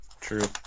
True